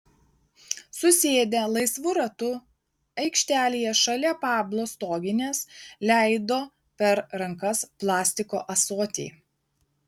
susėdę laisvu ratu aikštelėje šalia pablo stoginės leido per rankas plastiko ąsotį